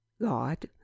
God